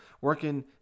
working